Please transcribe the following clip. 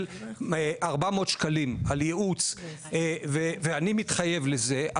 400 שקלים על ייעוץ ואני מתחייב לזה,